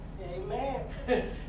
Amen